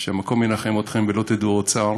שהמקום ינחם אתכם ולא תדעו עוד צער,